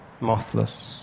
mothless